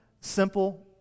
simple